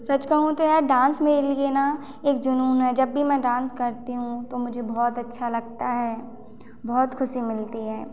सच कहूँ तो यार डांस मेरे लिए ना एक जुनून है जब भी मैं डांस करती हूँ तो मुझे बहुत अच्छा लगता है बहुत खुशी मिलती है